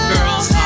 Girls